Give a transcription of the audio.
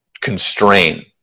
constrain